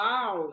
Wow